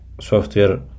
software